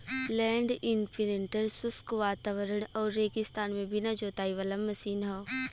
land imprinter शुष्क वातावरण आउर रेगिस्तान में बिना जोताई वाला मशीन हौ